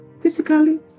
physically